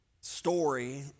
story